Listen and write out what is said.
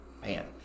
Man